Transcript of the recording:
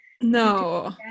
No